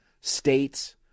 states